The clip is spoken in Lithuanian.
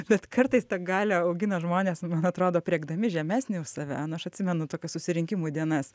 bet kartais tą galią augina žmonės man atrodo aprėkdami žemesnį už save nu aš atsimenu tokias susirinkimų dienas